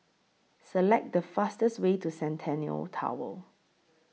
Select The fastest Way to Centennial Tower